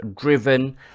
driven